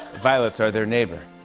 violets are their neighbor.